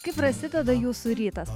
kaip prasideda jūsų rytas